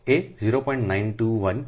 4605 A 0